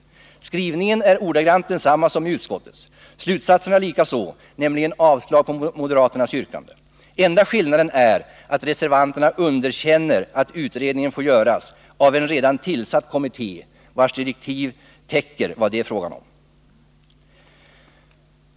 Skrivningen är ordagrant densamma som utskottets, slutsatserna likaså, nämligen avslag på moderaternas yrkande. Enda skillnaden är att reservanterna underkänner att utredningen får göras av en redan tillsatt kommitté, vars direktiv täcker vad det är fråga om.